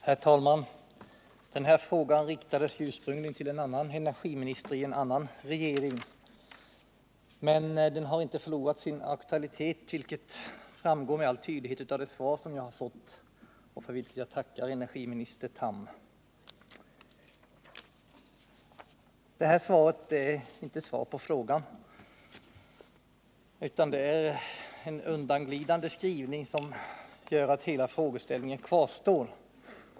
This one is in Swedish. Herr talman! Den här frågan riktades ursprungligen till en annan energiminister i en annan regering, men den har inte förlorat sin aktualitet, vilket framgår med all tydlighet av det svar jag har fått och för vilket jag tackar energiministern Tham. Detta svar är inte svar på frågan. Det är en undanglidande skrivning som gör att hela frågeställningen kvarstår.